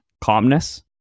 calmness